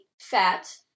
fat